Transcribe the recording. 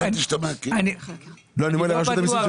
אני אומר לרשות המיסים,